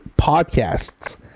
podcasts